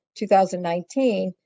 2019